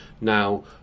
Now